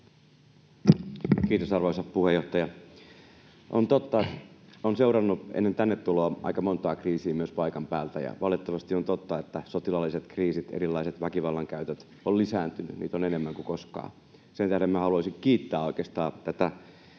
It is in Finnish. Kiitos, arvoisa puheenjohtaja! Olen seurannut ennen tänne tuloani aika montaa kriisiä myös paikan päältä, ja valitettavasti on totta, että sotilaalliset kriisit, erilaiset väkivallan käytöt, ovat lisääntyneet. Niitä on enemmän kuin koskaan. Sen tähden minä haluaisin kiittää oikeastaan tätä